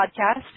podcast